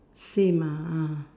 same ah